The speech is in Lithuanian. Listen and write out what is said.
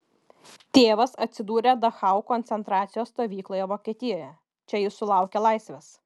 tėvas atsidūrė dachau koncentracijos stovykloje vokietijoje čia jis sulaukė laisvės